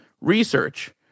research